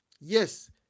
Yes